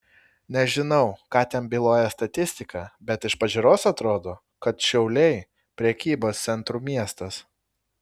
nežinau ką ten byloja statistika bet iš pažiūros atrodo kad šiauliai prekybos centrų miestas